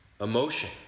emotion